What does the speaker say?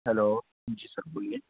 hello ji sir بولیے